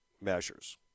measures